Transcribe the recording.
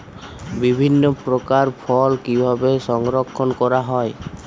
বিভিন্ন প্রকার ফল কিভাবে সংরক্ষণ করা হয়?